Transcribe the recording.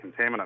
contaminant